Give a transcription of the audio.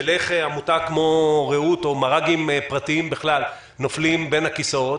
של איך עמותה כמו "רעות" או מר"גים פרטיים נופלים בין הכיסאות.